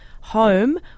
home